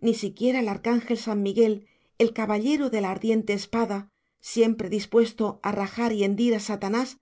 ni siquiera el arcángel san miguel el caballero de la ardiente espada siempre dispuesto a rajar y hendir a satanás